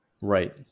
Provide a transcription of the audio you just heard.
Right